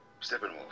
Steppenwolf